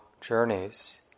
journeys